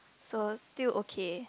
so still okay